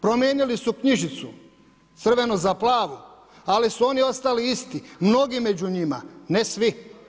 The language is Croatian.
Promijenili su knjižicu, crvenu za plavu, ali su oni ostali isti, mnogi među njima, ne svi.